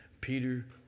Peter